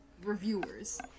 Reviewers